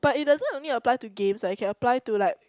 but it doesn't only apply to game what it can apply to like